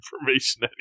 information